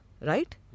Right